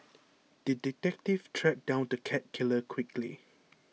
the detective tracked down the cat killer quickly